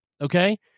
Okay